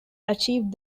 achieved